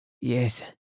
Yes